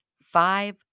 five